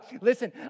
listen